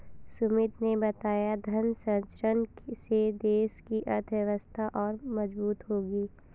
सुमित ने बताया धन सृजन से देश की अर्थव्यवस्था और मजबूत होगी